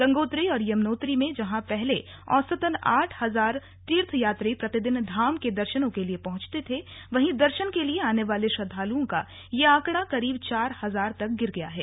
गंगोत्री और यमुनोत्री में जहां पहले औसतन आठ हजार तीर्थयात्री प्रतिदिन धाम दर्शन के लिए आ रहे थे वहीं दर्शन के लिए आने वाले श्रद्वालुओं का यह आंकड़ा करीब चार हजार तक पहुंच गया है